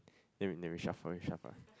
then we never shuffle we shuffle